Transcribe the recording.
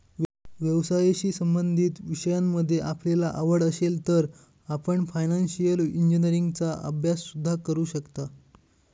व्यवसायाशी संबंधित विषयांमध्ये आपल्याला आवड असेल तर आपण फायनान्शिअल इंजिनीअरिंगचा अभ्यास सुद्धा करू शकता